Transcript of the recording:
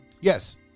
Yes